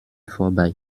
vorbei